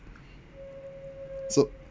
so